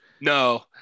No